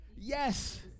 Yes